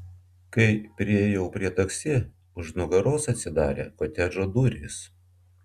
kai priėjau prie taksi už nugaros atsidarė kotedžo durys